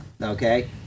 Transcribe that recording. Okay